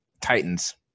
Titans